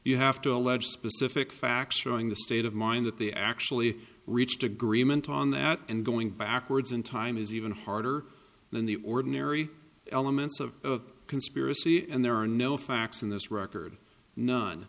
you have to allege specific factual in the state of mind that they actually reached agreement on that and going backwards in time is even harder than the ordinary elements of the conspiracy and there are no facts in this record none